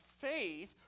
faith